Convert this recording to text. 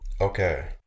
Okay